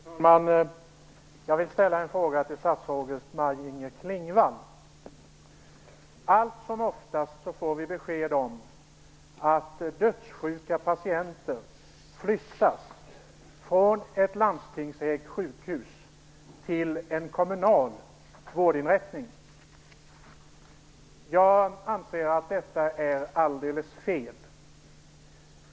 Fru talman! Jag vill ställa en fråga till statsrådet Maj-Inger Klingvall. Allt som oftast får vi besked om att dödssjuka patienter flyttas från ett landstingsägt sjukhus till en kommunal vårdinrättning. Jag anser att detta är alldeles fel.